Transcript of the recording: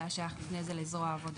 זה היה שייך לפני זה לזרוע העבודה.